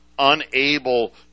Unable